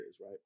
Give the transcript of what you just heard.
right